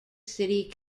city